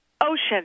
ocean